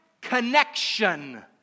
connection